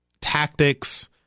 tactics